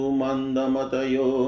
mandamatayo